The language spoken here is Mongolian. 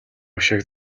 өшөөг